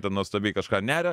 ten nuostabiai kažką neria